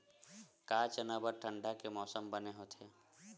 का चना बर ठंडा के मौसम बने होथे?